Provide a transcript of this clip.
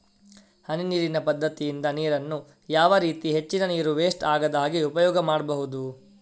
ಹನಿ ನೀರಿನ ಪದ್ಧತಿಯಿಂದ ನೀರಿನ್ನು ಯಾವ ರೀತಿ ಹೆಚ್ಚಿನ ನೀರು ವೆಸ್ಟ್ ಆಗದಾಗೆ ಉಪಯೋಗ ಮಾಡ್ಬಹುದು?